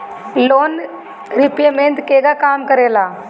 Loan repayment केगा काम करेला?